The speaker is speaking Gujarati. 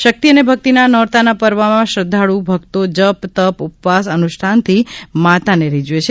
શક્તિ અને ભક્તિના નોરતાના પર્વમાં શ્રદ્વાળ્ ભક્તો જપ તપ ઉપવાસ અનુષ્ઠાનથી માતાને રીઝવે છે